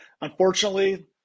Unfortunately